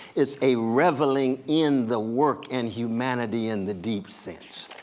it's a reveling in the work and humanity in the deep sense.